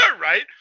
Right